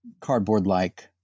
cardboard-like